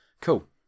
Cool